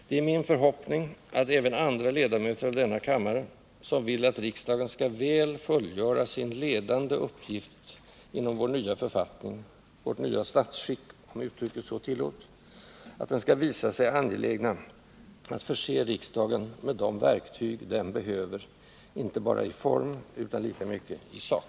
Det är min förhoppning att även andra ledamöter av denna kammare, som vill att riksdagen skall väl fullgöra sin ledande uppgift inom ramen för vår nya författning — vårt nya statsskick, om uttrycket tillåts — skall visa sig angelägna att förse riksdagen med de verktyg den behöver, inte bara i form utan lika mycket i sak.